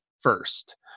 first